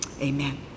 Amen